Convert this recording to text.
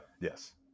Yes